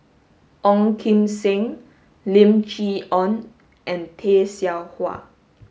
Ong Kim Seng Lim Chee Onn and Tay Seow Huah